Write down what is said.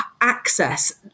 access